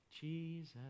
Jesus